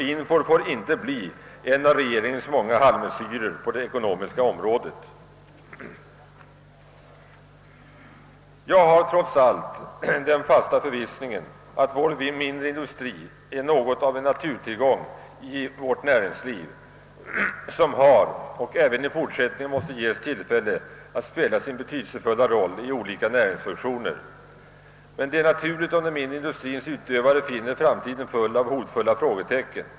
INFOR får inte bli en av regeringens många halvmesyrer på det ekonomiska området. Jag hyser trots allt den fasta förviss ningen att vår mindre industri är något av en naturtillgång i vårt näringsliv, som har spelat och även i fortsättningen måste ges tillfälle att spela sin betydelsefulla roll i olika näringsfunktioner. Men det är naturligt om den mindre industriens utövare ser framtiden fylld av hotfulla frågetecken.